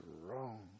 wrong